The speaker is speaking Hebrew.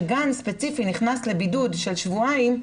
כשגן ספציפי נכנס לבידוד של שבועיים,